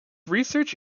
research